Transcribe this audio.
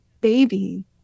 baby